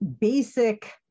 basic